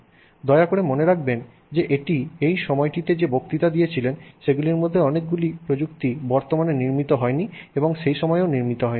দয়া করে মনে রাখবেন যে তিনি এই সময়টিতে যে বক্তৃতা দিয়েছিলেন সেগুলির মধ্যে অনেকগুলি প্রযুক্তি বর্তমানে নির্মিত হয়নি এবং সেই সময়েও নির্মিত হয়নি